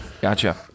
Gotcha